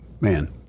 man